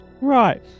Right